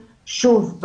שוב,